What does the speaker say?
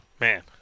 Man